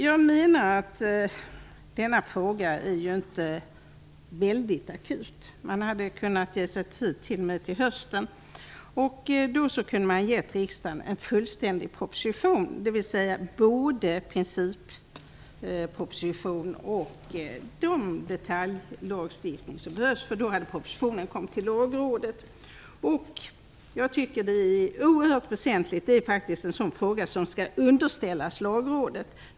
Jag menar att denna fråga inte är så väldigt akut. Man hade kunnat ge sig tid t.o.m. till hösten. Då kunde man ha gett riksdagen en fullständig proposition, dvs. både principproposition och den detaljlagstiftning som behövs, för då hade propositionen kommit till Lagrådet. Jag tycker att det är oerhört väsentligt. Detta är en sådan fråga som skall underställas Lagrådet.